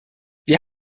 wir